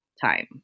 time